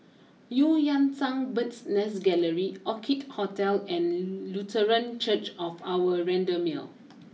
Eu Yan Sang Bird's Nest Gallery Orchid Hotel and Lutheran Church of Our Redeemer